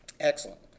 Excellent